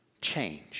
change